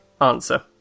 answer